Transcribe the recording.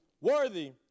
worthy